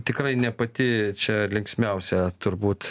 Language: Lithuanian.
tikrai ne pati čia linksmiausia turbūt